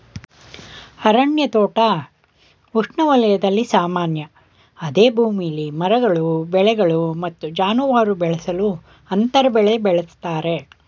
ಅರಣ್ಯ ತೋಟ ಉಷ್ಣವಲಯದಲ್ಲಿ ಸಾಮಾನ್ಯ ಅದೇ ಭೂಮಿಲಿ ಮರಗಳು ಬೆಳೆಗಳು ಮತ್ತು ಜಾನುವಾರು ಬೆಳೆಸಲು ಅಂತರ ಬೆಳೆ ಬಳಸ್ತರೆ